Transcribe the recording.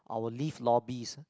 our lift lobbies